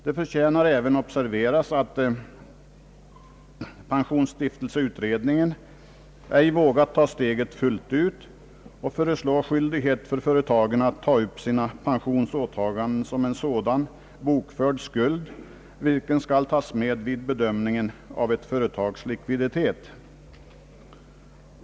Det förtjänar även att observeras att pensionsstiftelseutredningen inte vågat ta steget fullt ut och föreslå skyldighet för företagen att ta upp sina pensionsåtaganden som en sådan bokförd skuld, vilken skall tas med vid bedömningen av ett företags likviditet.